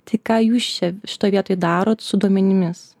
tai ką jūs čia šitoj vietoj darot su duomenimis